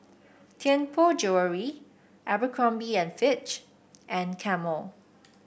Tianpo Jewellery Abercrombie and Fitch and Camel